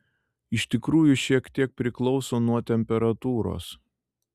iš tikrųjų šiek tiek priklauso nuo temperatūros